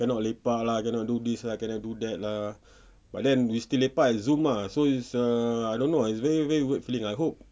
cannot lepak lah cannot do this cannot do that lah but then we still lepak at zoom ah so is uh I don't know ah it's very it's very weird feeling I hope